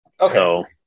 Okay